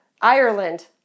Ireland